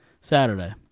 Saturday